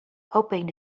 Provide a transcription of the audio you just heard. hoping